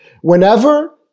Whenever